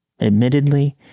Admittedly